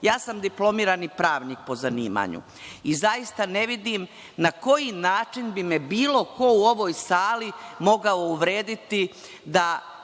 sam diplomirani pravnik po zanimanju i zaista ne vidim na koji način bi me bilo ko u ovoj sali mogao uvrediti da